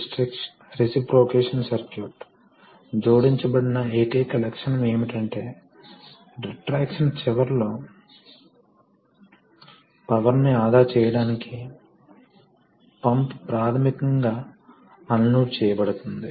కాబట్టి ఈ విధంగా పిస్టన్ పంపులు కదులుతాయి మరియు సహజంగా ప్రవాహం రేటు రొటేషన్స్ సంఖ్య పిస్టన్ల సంఖ్యపై ఆధారపడి ఉంటుంది